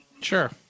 Sure